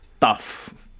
tough